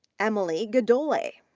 emily godollei,